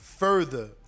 Further